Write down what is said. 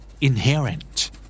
Inherent